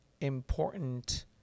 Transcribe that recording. important